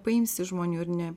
paimsi žmonių ir ne